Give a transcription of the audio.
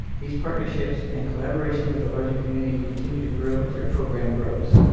these partnerships and collaboration with the larger community continue to grow as our program grows.